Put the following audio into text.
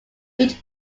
each